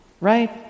right